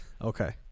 Okay